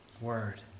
word